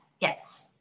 yes